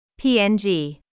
PNG